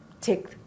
take